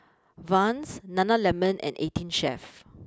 Vans Nana Lemon and eighteen Chef